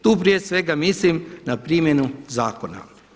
Tu prije svega mislim na primjenu zakona.